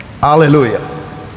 Hallelujah